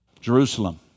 Jerusalem